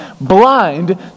blind